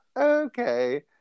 okay